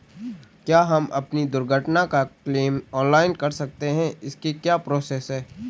क्या हम अपनी दुर्घटना का क्लेम ऑनलाइन कर सकते हैं इसकी क्या प्रोसेस है?